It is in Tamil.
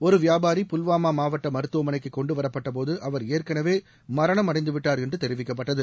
ஒரு வியாபாரி புல்வாமா மாவட்ட மருத்துவமனைக்கு கொண்டுவரபட்டபோது அவர் ஏற்கெனவே மரணம் அடைந்துவிட்டார் என்று தெரிவிக்கப்பட்டது